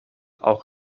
auch